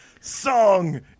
song